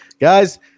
guys